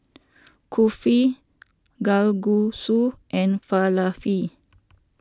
Kulfi Kalguksu and Falafel